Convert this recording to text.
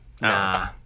nah